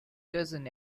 cousin